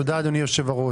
תודה, אדוני יושב-הראש.